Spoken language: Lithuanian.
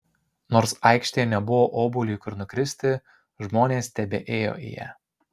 nors aikštėje nebuvo obuoliui kur nukristi žmonės tebeėjo į ją